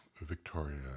Victoria